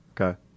okay